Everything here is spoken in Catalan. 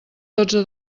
dotze